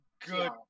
good